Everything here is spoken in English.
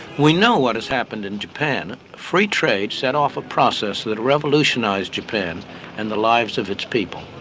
we know what has happened in japan free trade set off a process that revolutionized japan and the lives of its people.